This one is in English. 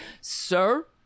sir